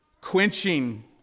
quenching